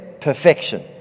Perfection